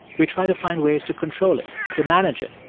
we try to find ways to control it, to manage it.